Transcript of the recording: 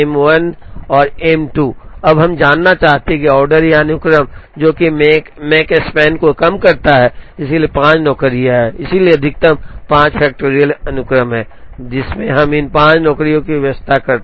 2 अब हम यह जानना चाहते हैं कि ऑर्डर या अनुक्रम जो कि मकस्पान को कम करता है इसलिए 5 नौकरियां हैं इसलिए अधिकतम 5 फैक्टरियल अनुक्रम हैं जिसमें हम इन 5 नौकरियों की व्यवस्था कर सकते हैं